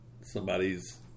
somebody's